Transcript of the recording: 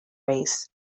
race